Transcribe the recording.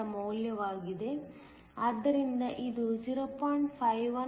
9971 ರ ಮೌಲ್ಯವಾಗಿದೆ ಆದ್ದರಿಂದ ಇದು 0